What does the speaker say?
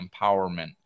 empowerment